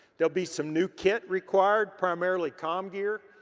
there'll be some new kit required, primarily com gear.